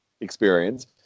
experience